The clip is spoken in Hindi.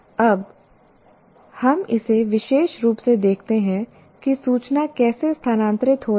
अब हम इसे विशेष रूप से देखते हैं कि सूचना कैसे स्थानांतरित हो रही है